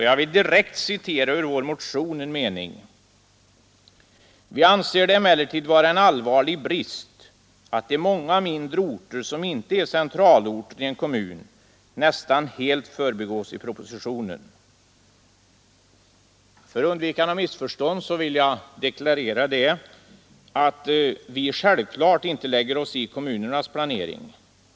Jag vill här citera en mening ur vår motion: ”Vi anser det emellertid vara en allvarlig brist att de många mindre orter som inte är centralorter i en kommun nästan helt förbigås i propositionen.” För undvikande av missförstånd vill jag deklarera att vi självklart inte lägger oss i kommunernas planering.